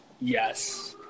Yes